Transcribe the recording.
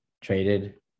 traded